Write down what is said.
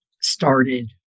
started